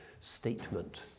statement